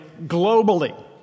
globally